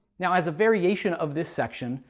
yeah as a variation of this section,